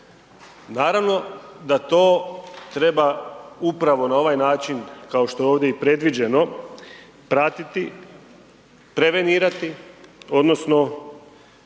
Naravno da to treba upravo na ovaj način kao što je ovdje i predviđeno pratiti, prevenirati odnosno,